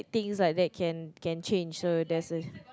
things like that can can change so there's a